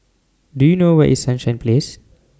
Do YOU know Where IS Sunshine Place